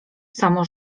samo